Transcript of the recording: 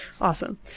Awesome